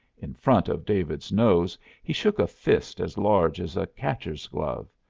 in front of david's nose he shook a fist as large as a catcher's glove.